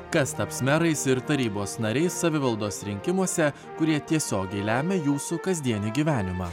kas taps merais ir tarybos nariais savivaldos rinkimuose kurie tiesiogiai lemia jūsų kasdienį gyvenimą